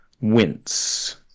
wince